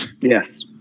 Yes